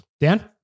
Dan